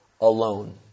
alone